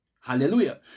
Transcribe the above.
Hallelujah